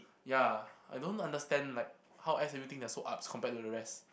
ya I don't understand like how S_M_U think they are so ups compared to the rest